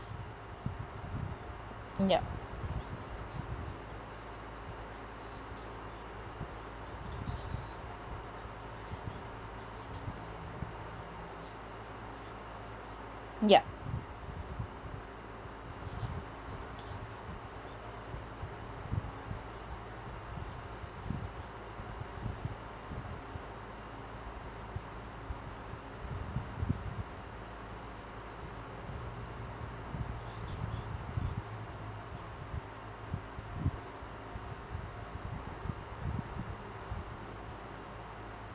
yup yup